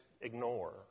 ignore